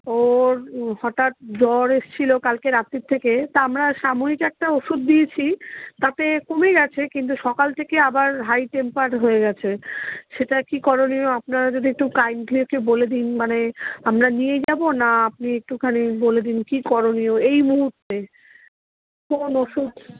ওর হঠাৎ জ্বর এসেছিল কালকে রাত্রি থেকে তা আমরা সাময়িক একটা ওষুধ দিয়েছি তাতে কমে গিয়েছে কিন্তু সকাল থেকে আবার হাই টেম্পারড হয়ে গিয়েছে সেটা কি করণীয় আপনারা যদি একটু কাইন্ডলি একটু বলে দিন মানে আমরা নিয়ে যাব না আপনি একটুখানি বলে দিন কী করণীয় এই মুহুর্তে কোন ওষুধ